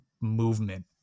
movement